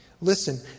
Listen